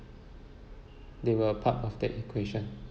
they were part of the equation